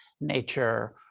nature